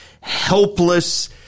helpless